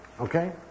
Okay